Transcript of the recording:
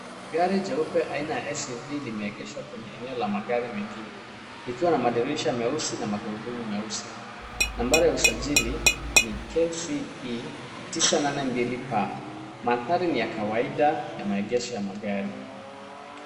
Gari jeupe aina ya SUV limeegeshwa kwenye eneo la magari mengine, ikiwa na madirisha meusi na magurudumu meusi. Nambari ya usajili, ni KCE 982P. Manthari ni ya kawaida ya maegesho ya magari.